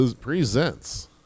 presents